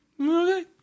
Okay